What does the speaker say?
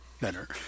better